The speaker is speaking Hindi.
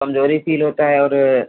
कमजोरी फ़ील होता है और